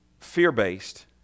fear-based